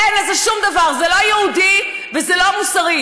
אין לזה שום דבר, זה לא יהודי וזה לא מוסרי.